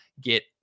get